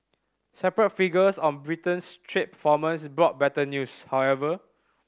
separate figures on Britain's trade brought better news however